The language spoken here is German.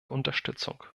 unterstützung